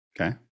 okay